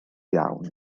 iawn